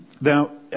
Now